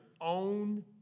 own